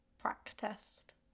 practiced